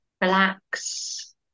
relax